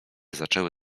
zaczęły